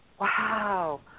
Wow